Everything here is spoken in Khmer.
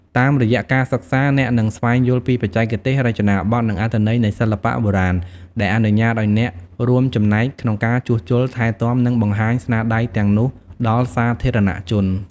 តាមរយៈការសិក្សា អ្នកនឹងស្វែងយល់ពីបច្ចេកទេស រចនាប័ទ្ម និងអត្ថន័យនៃសិល្បៈបុរាណ ដែលអនុញ្ញាតឱ្យអ្នករួមចំណែកក្នុងការជួសជុល ថែទាំ និងបង្ហាញស្នាដៃទាំងនោះដល់សាធារណជន។